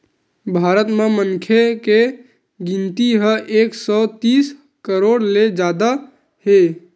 भारत म मनखे के गिनती ह एक सौ तीस करोड़ ले जादा हे